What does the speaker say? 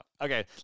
Okay